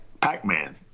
Pac-Man